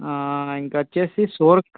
ఇంకా వచ్చి సోర్క్